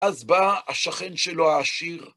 אז בא השכן שלו העשיר,